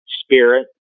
spirit